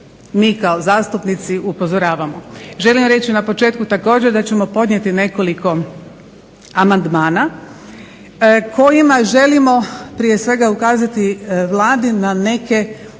mi kao zastupnici upozoravamo. Želim reći na početku također da ćemo podnijeti nekoliko amandman kojima želimo prije svega ukazati Vladi na neke